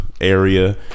area